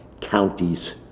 counties